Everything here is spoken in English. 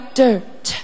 dirt